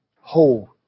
Hold